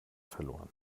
verloren